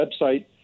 website